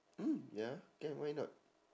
mm ya can why not